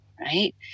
Right